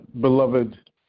beloved